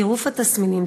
צירוף התסמינים,